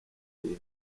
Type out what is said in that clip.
nkiko